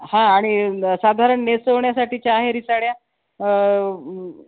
हा आणि साधारण नेसवण्यासाठीच्या आहेरी साड्या